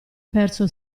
perso